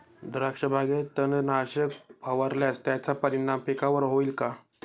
द्राक्षबागेत तणनाशक फवारल्यास त्याचा परिणाम पिकावर होईल का?